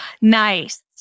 Nice